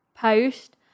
post